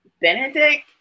Benedict